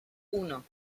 uno